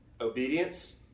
obedience